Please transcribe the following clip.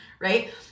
right